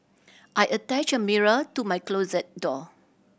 I attached a mirror to my closet door